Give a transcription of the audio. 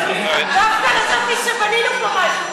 דווקא חשבתי שבנינו פה משהו,